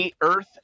Earth